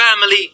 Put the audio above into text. family